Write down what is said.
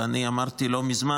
ואני אמרתי לא מזמן,